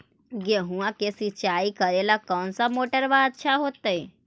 गेहुआ के सिंचाई करेला कौन मोटरबा अच्छा होतई?